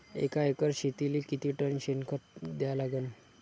एका एकर शेतीले किती टन शेन खत द्या लागन?